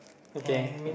okay